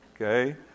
okay